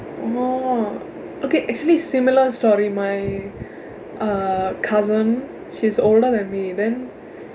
oh okay actually similar story my uh cousin she's older than me then